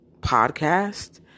podcast